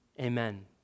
Amen